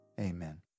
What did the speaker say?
Amen